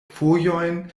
fojojn